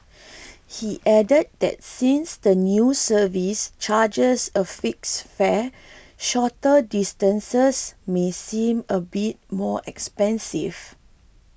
he added that since the new service charges a fixed fare shorter distances may seem a bit more expensive